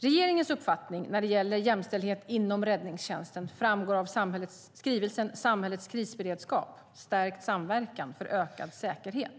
Regeringens uppfattning när det gäller jämställdhet inom räddningstjänsten framgår av skrivelsen Samhällets krisberedskap - stärkt samverkan för ökad säkerhet (skr.